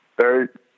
Third